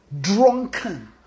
drunken